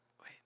Wait